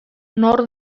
nor